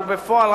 בפועל,